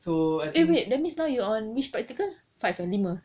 eh wait wait that means you on which practical five eh lima